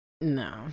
No